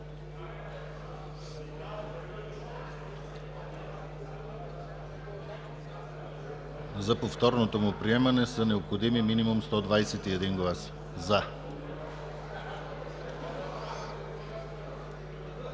За повторното му приемане са необходими минимум 121 гласа